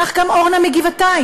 כך גם אורנה מגבעתיים,